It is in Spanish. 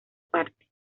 parte